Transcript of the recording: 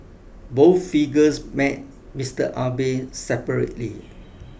both figures met Mister Abe separately